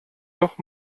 doch